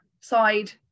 side